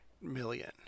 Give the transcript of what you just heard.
million